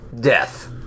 death